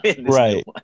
Right